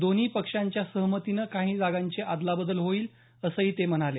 दोन्ही पक्षांच्या सहमतीनं काही जागांची आदलाबदल होईल असं ते म्हणाले